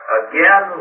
again